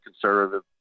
conservative